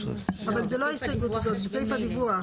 אבל זה לא ההסתייגות, זה סעיף הדיווח.